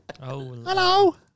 hello